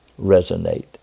resonate